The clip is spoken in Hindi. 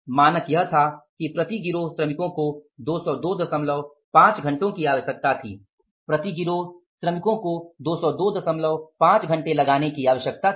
मानक यह था कि प्रति गिरोह श्रमिकों को 2025 घंटे की आवश्यकता थी प्रति गिरोह श्रमिकों को 2025 घंटे लगाने की आवश्यकता थी